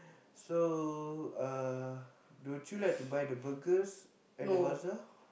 so uh don't you like to buy the burgers at the bazaar